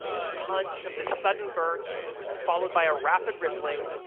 the punch of the sudden burst followed by a rapid rippling,